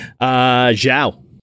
Zhao